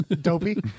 dopey